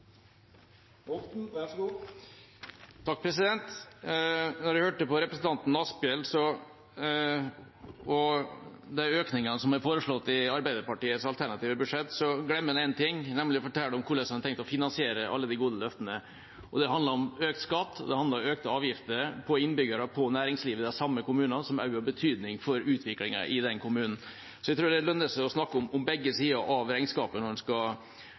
og så må vi ikke tillegge andre motiver som de ikke har. Representanten Asphjell snakket om de økningene som er foreslått i Arbeiderpartiets alternative budsjett, men han glemmer én ting, nemlig hvordan han har tenkt å finansiere alle de gode løftene. Det handlet om økt skatt, og det handlet om økte avgifter – for innbyggerne og for næringslivet i de samme kommunene – som også har betydning for utviklingen i den kommunen. Jeg tror det lønner seg å snakke om begge sider av regnskapet når en skal